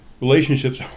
Relationships